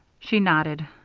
she nodded.